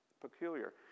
Peculiar